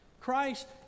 Christ